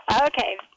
Okay